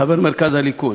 חבר מרכז הליכוד.